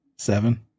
Seven